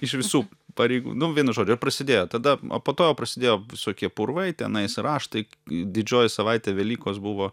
iš visų pareigų nu vienu žodžiu ir prasidėjo tada o po to jau prasidėjo visokie purvai tenais raštai didžioji savaitė velykos buvo